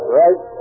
right